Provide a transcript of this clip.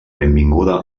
benvinguda